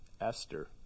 Esther